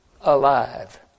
alive